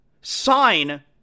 sign